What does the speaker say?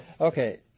Okay